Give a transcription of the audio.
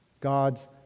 God's